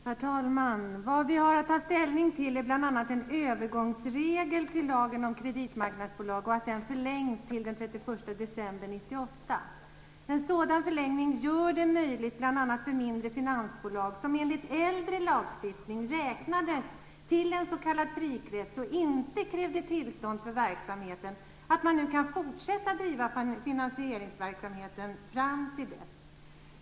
Herr talman! Vad vi har att ta ställning till är bl.a. en övergångsregel till lagen om kreditmarknadsbolag och att den förlängs till att gälla t.o.m. den 31 december 1998. En sådan förlängning gör det möjligt för mindre finansbolag, som enligt äldre lagstiftning räknades till en s.k. frikrets där det inte krävdes tillstånd för verksamheten, att fortsätta att driva finansieringsverksamhet fram till dess.